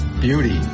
beauty